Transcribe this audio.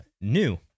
new